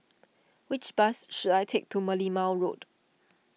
which bus should I take to Merlimau Road